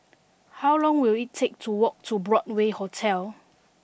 how long will it take to walk to Broadway Hotel